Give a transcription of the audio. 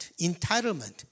Entitlement